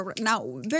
Now